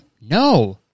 No